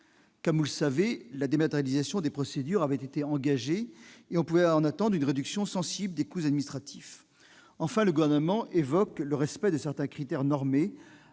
Comme vous le savez, la dématérialisation des procédures avait été engagée et l'on pouvait en attendre une réduction sensible des coûts administratifs. Enfin, le Gouvernement évoque le respect de certains critères « normés